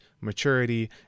maturity